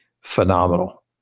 phenomenal